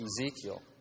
Ezekiel